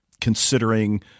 considering